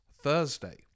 Thursday